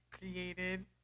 created